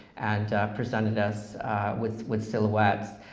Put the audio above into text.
and presented us with with silhouettes.